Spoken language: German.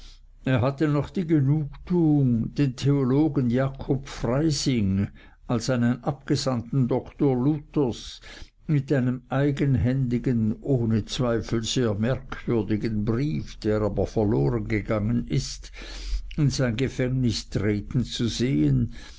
er hatte noch die genugtuung den theologen jakob freising als einen abgesandten doktor luthers mit einem eigenhändigen ohne zweifel sehr merkwürdigen brief der aber verlorengegangen ist in sein gefängnis treten zu sehen